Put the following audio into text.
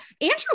Andrew